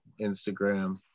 Instagram